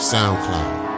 Soundcloud